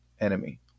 enemy